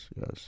yes